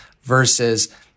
versus